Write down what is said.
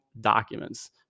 documents